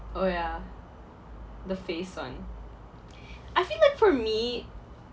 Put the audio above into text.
oh ya the face [one] I feel like for me